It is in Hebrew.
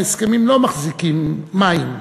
ההסכמים לא מחזיקים מים,